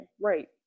Right